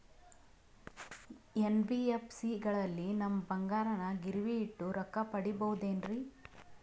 NBFC ಗಳಲ್ಲಿ ನಮ್ಮ ಬಂಗಾರನ ಗಿರಿವಿ ಇಟ್ಟು ರೊಕ್ಕ ಪಡೆಯಬಹುದೇನ್ರಿ?